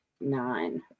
nine